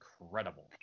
incredible